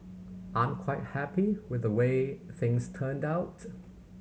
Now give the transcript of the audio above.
I'm quite happy with the way things turned outs